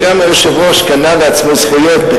וגם היושב-ראש קנה לעצמו זכויות,